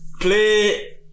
play